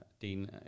Dean